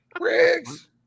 Riggs